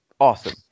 awesome